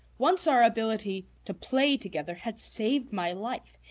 once our ability to play together had saved my life.